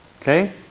okay